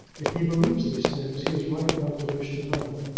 if he believes these things, he is right not to wish to meddle.